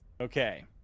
Okay